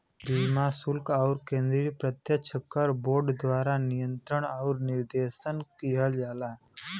सीमा शुल्क आउर केंद्रीय प्रत्यक्ष कर बोर्ड द्वारा नियंत्रण आउर निर्देशन किहल जाला